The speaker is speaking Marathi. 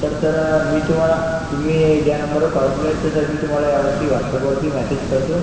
तर सर मी तुम्हाला तुम्ही ज्या नंबरवर कॉल केला आहे तर सर मी तुम्हाला यावरती व्हॉट्सॲपवरती मेसेज करतो